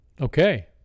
Okay